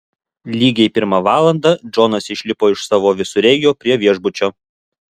lygiai pirmą valandą džonas išlipo iš savo visureigio prie viešbučio